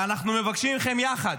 ואנחנו מבקשים מכם יחד: